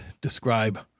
describe